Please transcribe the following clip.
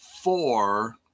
four